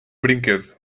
brinquedo